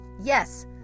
Yes